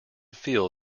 feel